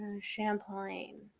Champlain